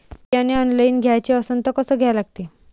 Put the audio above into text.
बियाने ऑनलाइन घ्याचे असन त कसं घ्या लागते?